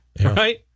Right